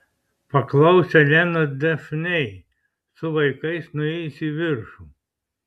paklausė elena dafnei su vaikais nuėjus į viršų